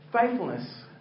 Faithfulness